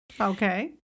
Okay